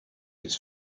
his